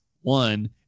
one